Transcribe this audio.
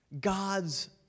God's